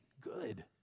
good